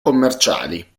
commerciali